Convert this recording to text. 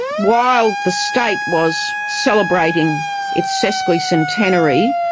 while the state was celebrating its sesquicentenary,